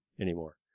anymore